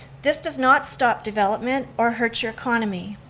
this does not stop development or hurt your economy.